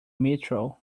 metro